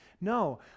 No